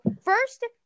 first